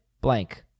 blank